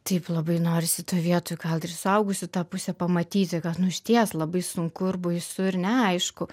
taip labai norisi toj vietoj gal ir suaugusių tą pusę pamatyti kad nu išties labai sunku ir baisu ir neaišku